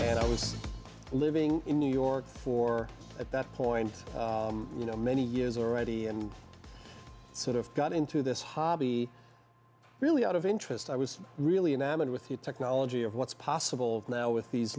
and i was living in new york for at that point you know many years already and sort of got into this hobby really out of interest i was really in amman with the technology of what's possible now with these